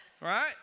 Right